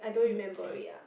mm same